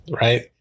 right